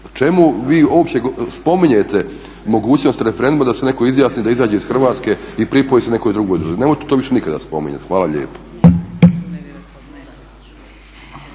Čemu vi uopće spominjete mogućnost referenduma da se netko izjasni da izađe iz Hrvatske i pripoji se nekoj drugoj državi? Nemojte to više nikada spominjati. Hvala lijepa.